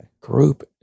group